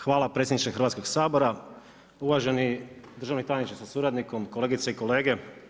Hvala predsjedniče Hrvatskoga sabora, uvaženi državni tajniče sa suradnikom kolegice i kolege.